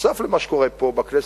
נוסף על מה שקורה פה בכנסת,